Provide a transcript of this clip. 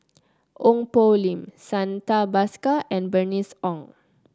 Ong Poh Lim Santha Bhaskar and Bernice Ong